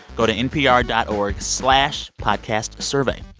go to npr dot org slash podcastsurvey.